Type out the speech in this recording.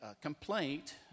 complaint